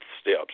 steps